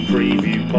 Preview